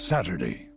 Saturday